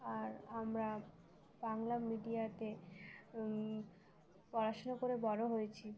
আর আমরা বাংলা মিডিয়াতে পড়াশুনো করে বড় হয়েছি